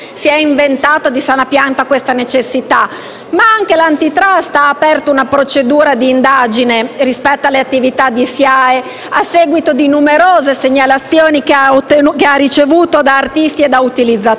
si è inventato di sana pianta tale necessità, ma anche l'Autorità *antitrust* ha aperto una procedura di indagine rispetto alle attività della SIAE, a seguito delle numerose segnalazioni che ha ricevuto dagli artisti e dagli utilizzatori.